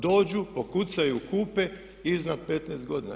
Dođu, pokucaju, kupe i iznad 15 godina.